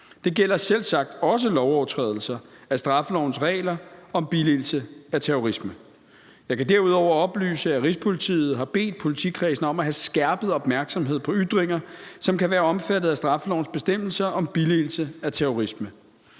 Det gælder selvsagt også lovovertrædelser af straffelovens regler om billigelse af terrorisme. Jeg kan derudover oplyse, at Rigspolitiet har bedt politikredsene om at have skærpet opmærksomhed på ytringer, som kan være omfattet af straffelovens bestemmelser om billigelse af terrorisme.